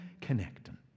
connecting